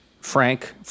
Frank